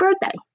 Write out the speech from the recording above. birthday